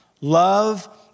love